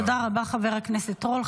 תודה רבה, חבר הכנסת רול.